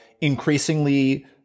increasingly